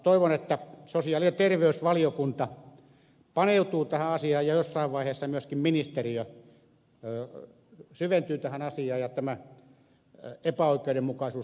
toivon että sosiaali ja terveysvaliokunta paneutuu tähän asiaan ja jossain vaiheessa myöskin ministeriö syventyy tähän asiaan ja tämä epäoikeudenmukaisuus korjataan